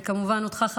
וכמובן אותך,